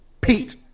Pete